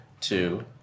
two